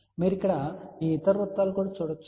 మీరు ఇక్కడ ఈ ఇతర వృత్తాలు కూడా చూడవచ్చు